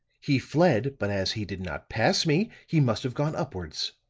he fled, but as he did not pass me, he must have gone upwards.